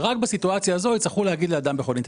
ורק בסיטואציה הזאת יצטרכו להגיד לאדם בכל אינטראקציה.